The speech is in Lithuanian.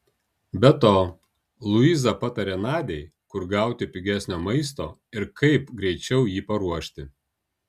be to luiza patarė nadiai kur gauti pigesnio maisto ir kaip greičiau jį paruošti